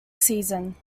season